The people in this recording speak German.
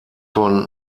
von